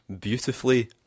beautifully